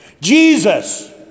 Jesus